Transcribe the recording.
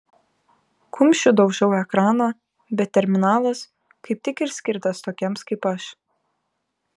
kumščiu daužau ekraną bet terminalas kaip tik ir skirtas tokiems kaip aš